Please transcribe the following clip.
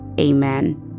Amen